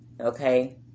Okay